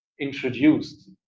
introduced